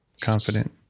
confident